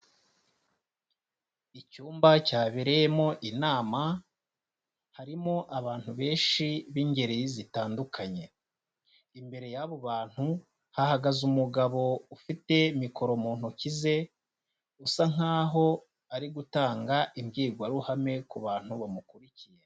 Icyumba cyabereyemo inama, harimo abantu benshi b'ingeri zitandukanye. Imbere y'abo bantu hahagaze umugabo ufite mikoro mu ntoki ze, usa nk'aho ari gutanga imbwirwaruhame ku bantu bamukurikiye.